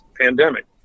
pandemic